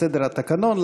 הסדר והתקנון,